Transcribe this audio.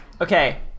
Okay